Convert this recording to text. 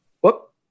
Whoop